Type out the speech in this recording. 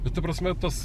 bet ta prasme tas